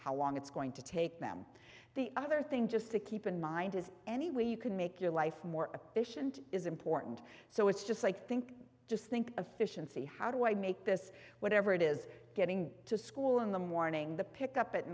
how long it's going to take them the other thing just to keep in mind is any way you can make your life more a patient is important so it's just like think just think of fish and see how do i make this whatever it is getting to school in the morning the pick up at